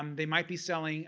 um they might be selling